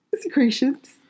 secretions